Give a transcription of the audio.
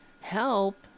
help